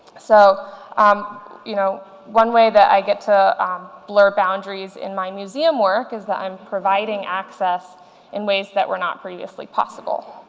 so um you know one way that i get to blur boundaries in my museum work is that i'm providing access in ways that were not previously possible.